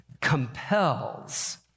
compels